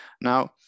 Now